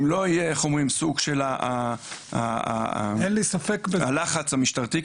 אם לא יהיה סוג של לחץ משטרתי,